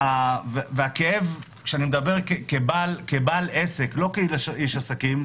אני מדבר כבעל עסק, לא כאיש עסקים,